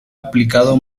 aplicado